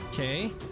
Okay